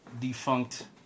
defunct